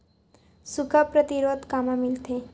सुखा प्रतिरोध कामा मिलथे?